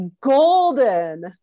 golden